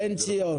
בן ציון